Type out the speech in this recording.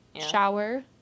shower